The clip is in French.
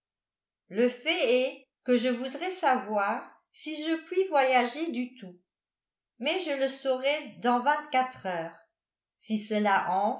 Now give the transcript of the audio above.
le fait est que je voudrais savoir si je puis voyager du tout mais je le saurai dans vingt-quatre heures si cela